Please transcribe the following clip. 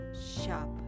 shop